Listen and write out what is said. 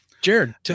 Jared